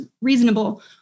reasonable